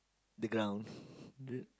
the grounds